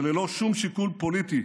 וללא שום שיקול פוליטי